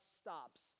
stops